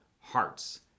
hearts